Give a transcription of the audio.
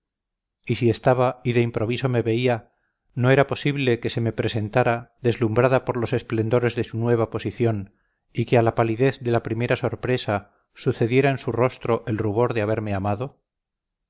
y si estaba y de improviso me veía no era posible que se me presentara deslumbrada por los esplendores de su nueva posición y que a la palidez de la primera sorpresa sucediera en su rostro el rubor de haberme amado